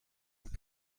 and